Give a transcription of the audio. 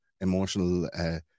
emotional